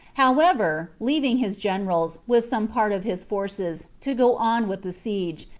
however, leaving his generals, with some part of his forces, to go on with the siege,